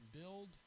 build